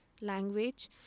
language